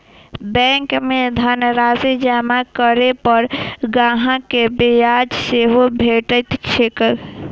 bank मे धनराशि जमा करै पर ग्राहक कें ब्याज सेहो भेटैत छैक